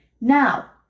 Now